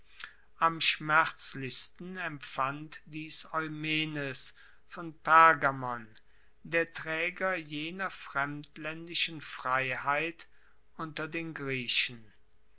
am schmerzlichsten empfand dies eumenes von pergamon der traeger jener fremdlaendischen freiheit unter den griechen